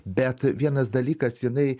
bet vienas dalykas jinai